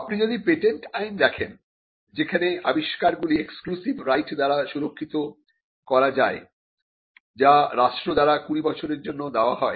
আপনি যদি পেটেন্ট আইন দেখেন যেখানে আবিষ্কারগুলি এক্সক্লুসিভ রাইট দ্বারা সুরক্ষিত করা যায় যা রাষ্ট্র দ্বারা 20 বছরের জন্য দেওয়া হয়